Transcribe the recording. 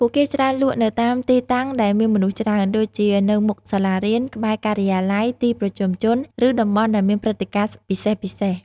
ពួកគេច្រើនលក់នៅតាមទីតាំងដែលមានមនុស្សច្រើន ដូចជានៅមុខសាលារៀន ក្បែរការិយាល័យ ទីប្រជុំជន ឬតំបន់ដែលមានព្រឹត្តិការណ៍ពិសេសៗ។